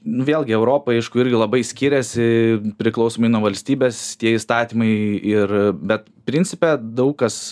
vėlgi europa aišku irgi labai skiriasi priklausomai nuo valstybės tie įstatymai ir bet principe daug kas